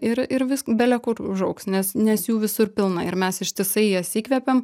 ir ir vis bele kur užaugs nes nes jų visur pilna ir mes ištisai jas įkvepiam